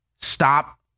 Stop